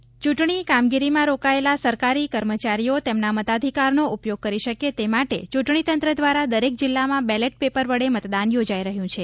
ballot paper ચૂંટણી કામગીરીમાં રોકાયેલા સરકારી કર્મચારીઓ તેમના મતાધિકારનો ઉપયોગ કરી શકે તે માટે ચૂંટણીતંત્ર દ્વારા દરેક જિલ્લામાં બેલેટ પેપર વડે મતદાન યોજાઇ રહ્યું છે